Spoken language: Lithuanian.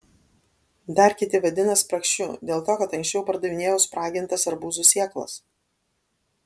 dar kiti vadina spragšiu dėl to kad anksčiau pardavinėjau spragintas arbūzų sėklas